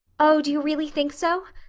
oh, do you really think so?